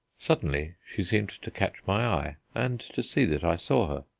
suddenly she seemed to catch my eye and to see that i saw her,